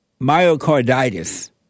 myocarditis